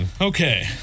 Okay